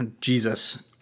Jesus